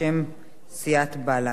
בשם סיעת בל"ד.